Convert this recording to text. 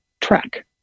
track